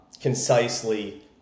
concisely